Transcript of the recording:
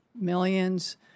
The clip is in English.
millions